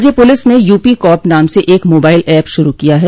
राज्य पुलिस ने UP cop नाम से एक मोबाइल एप शुरू किया है